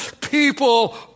people